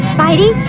Spidey